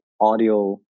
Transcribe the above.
audio